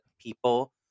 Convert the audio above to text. people